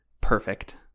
perfect